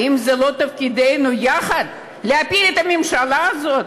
האם זה לא תפקידנו יחד, להפיל את הממשלה הזאת?